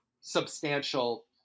substantial